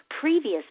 previous